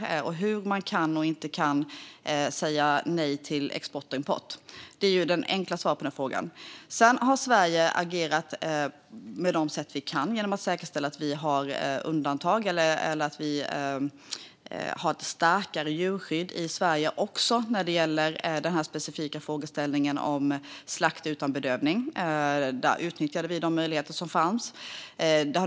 Det handlar om hur man kan och inte kan säga nej till export och import. Det är det enkla svaret på den frågan. Sedan har vi i Sverige agerat på de sätt vi kan genom att säkerställa att vi har undantag. Vi har alltså ett starkare djurskydd i Sverige också när det specifikt gäller slakt utan bedövning. Där utnyttjade vi de möjligheter som fanns.